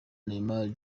neymar